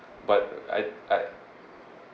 but I I